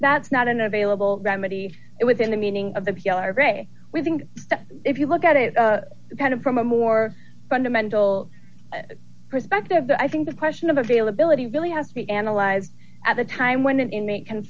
that's not an available remedy within the meaning of the p l r a we think if you look at it kind of from a more fundamental perspective i think the question of availability really has to be analyzed at the time when an inmate can